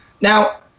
Now